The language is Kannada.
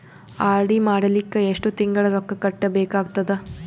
ಆರ್.ಡಿ ಮಾಡಲಿಕ್ಕ ಎಷ್ಟು ತಿಂಗಳ ರೊಕ್ಕ ಕಟ್ಟಬೇಕಾಗತದ?